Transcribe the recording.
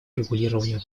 урегулированию